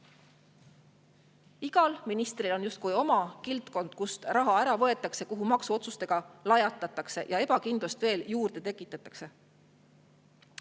Igal ministril on justkui oma kildkond, kust raha ära võetakse, kuhu maksuotsustega lajatatakse ja kus ebakindlust juurde tekitatakse.